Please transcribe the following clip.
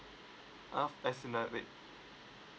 uh as soon as